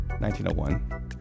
1901